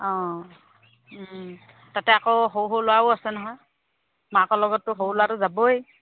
অঁ তাতে আকৌ সৰু সৰু ল'ৰাও আছে নহয় মাকৰ লগতো সৰু ল'ৰাটো যাবই